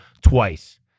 twice